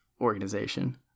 organization